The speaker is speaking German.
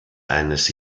eines